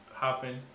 happen